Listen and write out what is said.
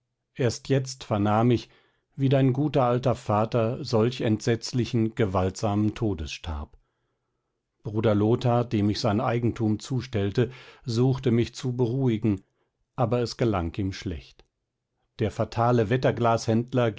erst jetzt vernahm ich wie dein guter alter vater solch entsetzlichen gewaltsamen todes starb bruder lothar dem ich sein eigentum zustellte suchte mich zu beruhigen aber es gelang ihm schlecht der fatale